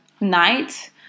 night